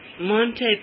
Monte